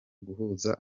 guhuza